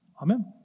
Amen